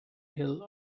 hill